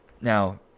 now